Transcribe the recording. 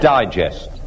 Digest